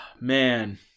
Man